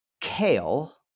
kale